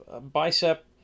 bicep